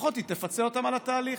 לפחות היא תפצה אותם על התהליך.